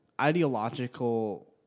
ideological